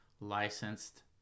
licensed